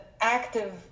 active